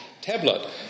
tablet